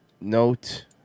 Note